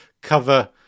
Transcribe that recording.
cover